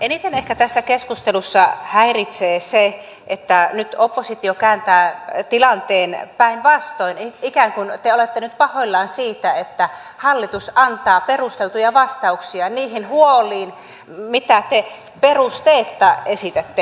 eniten ehkä tässä keskustelussa häiritsee se että nyt oppositio kääntää tilanteen päinvastoin ikään kuin te olette nyt pahoillanne siitä että hallitus antaa perusteltuja vastauksia niihin huoliin mitä te perusteetta esitätte